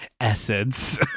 essence